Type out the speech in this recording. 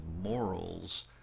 morals